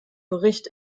bericht